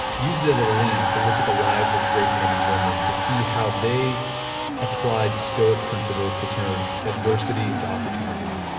used as a lens to look at the lives of great men and women to see how they applied stoic principles to turn adversity into opportunities.